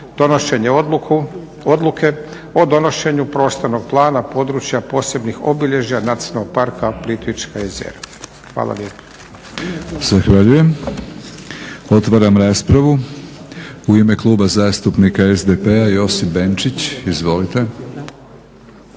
donošenje odluke o donošenju prostornog plana područja posebnih obilježja Nacionalnog parka Plitvička jezera. Hvala lijepa.